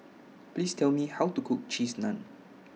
Please Tell Me How to Cook Cheese Naan